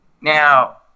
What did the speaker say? Now